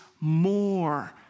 more